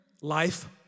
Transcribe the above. life